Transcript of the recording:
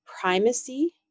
primacy